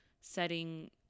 setting